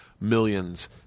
millions